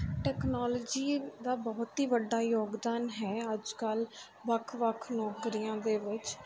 technology ਦਾ ਬਹੁਤ ਹੀ ਵੱਡਾ ਯੋਗਦਾਨ ਹੈ ਅੱਜ ਕੱਲ੍ਹ ਵੱਖ ਵੱਖ ਨੌਕਰੀਆਂ ਦੇ ਵਿੱਚ